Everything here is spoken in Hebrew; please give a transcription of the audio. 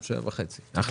הישיבה ננעלה בשעה 19:30.